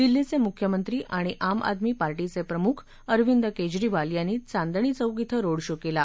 दिल्लीचे मुख्यमंत्री आणि आम आदमी पार्टीचे प्रमुख अरविंद केजरीवाल यांनी चांदणी चौक क्षे रोड शो केला